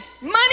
money